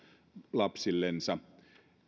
lapsillensa